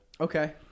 Okay